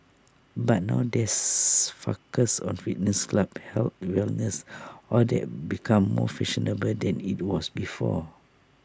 but now there's focus on fitness clubs health wellness all that becomes more fashionable than IT was before